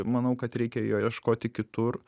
manau kad reikia jo ieškoti kitur